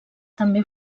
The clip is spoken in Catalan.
també